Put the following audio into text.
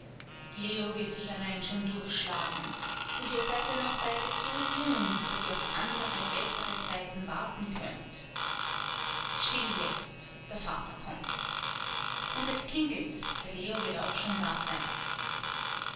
leo wird sich allein schon durchschlagen und ihr seid ja noch beide so jung daß ihr auf andere bessere zeiten warten könnt still jetzt der vater kommt und es klingelt der leo wird auch schon da sein